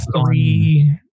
three